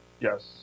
Yes